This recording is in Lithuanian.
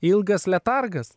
ilgas letargas